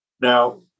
Now